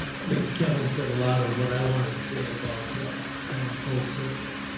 i think kevin said a lot of what i want to say about coming full circle.